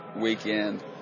weekend